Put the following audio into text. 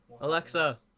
Alexa